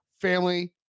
family